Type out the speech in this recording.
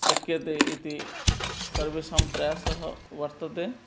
शक्यते इति सर्वेषां प्रयासः वर्तते